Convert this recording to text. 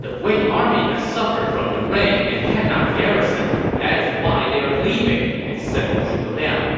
the wei army has suffered from the rain and cannot garrison, that is why they are leaving, they said to zhuge liang.